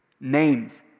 Names